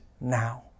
now